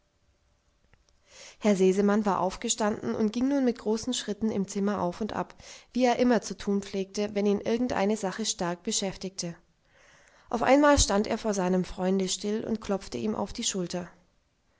herr sesemann war aufgestanden und ging nun mit großen schritten im zimmer auf und ab wie er immer zu tun pflegte wenn ihn irgendeine sache stark beschäftigte auf einmal stand er vor seinem freunde still und klopfte ihm auf die schulter